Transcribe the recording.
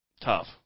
tough